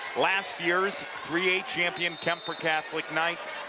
last year's three a champion kuemper catholic knights